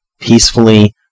peacefully